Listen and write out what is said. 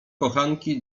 kochanki